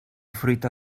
fruita